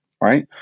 right